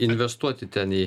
investuoti ten į